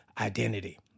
identity